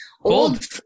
old